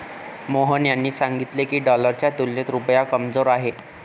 मोहन यांनी सांगितले की, डॉलरच्या तुलनेत रुपया कमजोर आहे